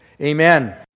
amen